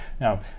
Now